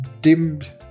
dimmed